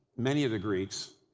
many of the greeks,